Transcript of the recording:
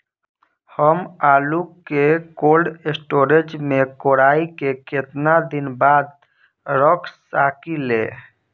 हम आपनआलू के कोल्ड स्टोरेज में कोराई के केतना दिन बाद रख साकिले?